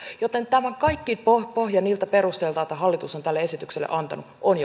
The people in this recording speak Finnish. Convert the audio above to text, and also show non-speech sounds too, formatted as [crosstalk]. joten tämä kaikki pohja pohja niiltä perusteilta joita hallitus on tälle esitykselle antanut on [unintelligible]